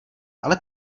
ale